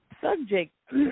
subject